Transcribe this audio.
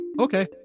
Okay